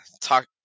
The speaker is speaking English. talk